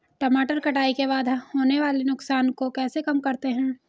टमाटर कटाई के बाद होने वाले नुकसान को कैसे कम करते हैं?